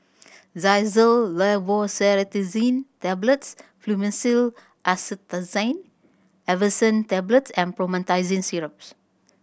Xyzal Levocetirizine Tablets Fluimucil Acetylcysteine Effervescent Tablets and Promethazine Syrups